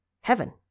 Heaven